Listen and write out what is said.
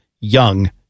young